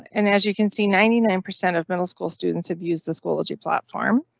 and as you can see, ninety nine percent of middle school students have used the schoology platform